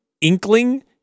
inkling